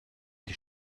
die